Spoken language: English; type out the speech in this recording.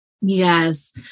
Yes